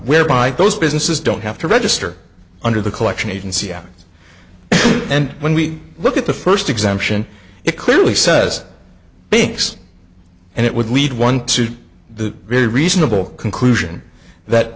whereby those businesses don't have to register under the collection agency out and when we look at the first exemption it clearly says banks and it would lead one to the very reasonable conclusion that